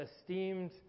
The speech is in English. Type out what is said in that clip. esteemed